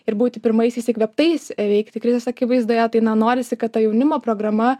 ir būti pirmaisiais įkvėptais veikti krizės akivaizdoje tai na norisi kad ta jaunimo programa